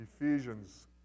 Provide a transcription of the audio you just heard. Ephesians